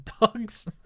Dogs